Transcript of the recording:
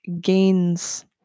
gains